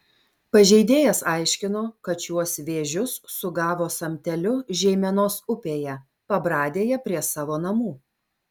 pažeidėjas aiškino kad šiuos vėžius sugavo samteliu žeimenos upėje pabradėje prie savo namų